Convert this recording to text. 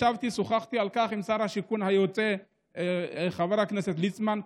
ישבתי ושוחחתי על כך עם שר השיכון היוצא חבר הכנסת ליצמן,